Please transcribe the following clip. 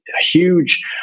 huge